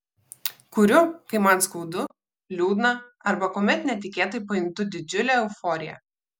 kuriu kai man skaudu liūdna arba kuomet netikėtai pajuntu didžiulę euforiją